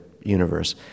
universe